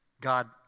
God